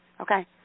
okay